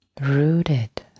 rooted